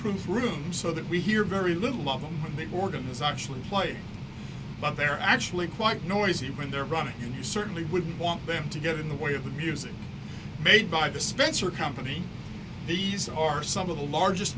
soundproof room so that we hear very little love them and they organise actually play but they're actually quite noisy when they're running and you certainly wouldn't want them to get in the way of the music made by the spencer company these are some of the largest